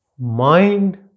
mind